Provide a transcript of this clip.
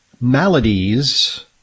maladies